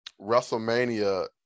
Wrestlemania